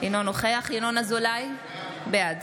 אינו נוכח ינון אזולאי, בעד